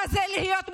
מה זה להיות מודרים.